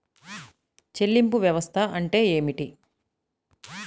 చెల్లింపు వ్యవస్థ అంటే ఏమిటి?